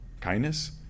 kindness